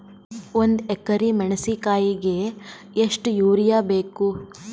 ಒಂದ್ ಎಕರಿ ಮೆಣಸಿಕಾಯಿಗಿ ಎಷ್ಟ ಯೂರಿಯಬೇಕು?